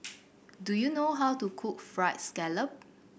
do you know how to cook Fried Scallop